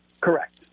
Correct